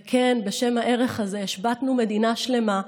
וכן, בשם הערך הזה השבתנו מדינה שלמה.